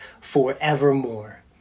forevermore